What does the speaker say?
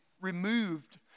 removed